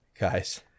Guys